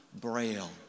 Braille